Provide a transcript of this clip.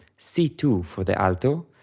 c two for the alto,